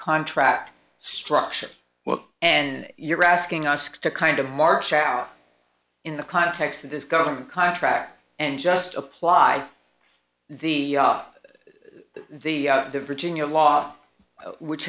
contract structure well and you're asking us to kind of march out in the context of this government contract and just apply the up the virginia law which